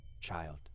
child